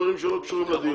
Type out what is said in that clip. בטוח שאני אענה לה.